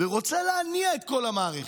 ורוצה להניע את כל המערכת,